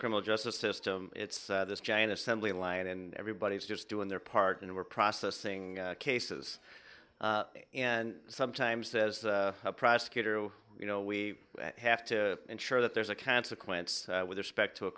criminal justice system it's this giant assembly line and everybody's just doing their part and we're processing cases and sometimes as a prosecutor you know we have to ensure that there's a consequence with respect to a